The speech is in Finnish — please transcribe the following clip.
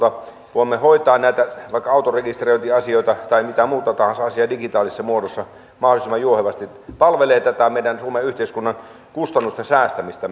voimme hoitaa näitä vaikka autorekisteröintiasioita tai mitä muuta tahansa asiaa digitaalisessa muodossa mahdollisimman juohevasti palvelee tätä meidän suomen yhteiskunnan kustannusten säästämistä